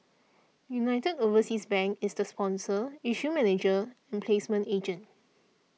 United Overseas Bank is the sponsor issue manager and placement agent